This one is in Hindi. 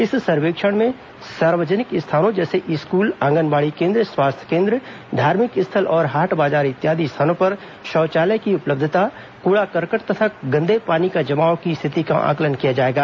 इस सर्वेक्षण में सार्वजनिक स्थानों जैसे स्कूल आंगनबाड़ी केन्द्र स्वास्थ्य केन्द्र धार्मिक स्थल और हाट बाजार इत्यादि स्थानों पर शौचालय की उपलब्धता कूड़ा करकट तथा गंदे पानी का जमाव की स्थिति का आंकलन किया जाएगा